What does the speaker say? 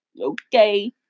Okay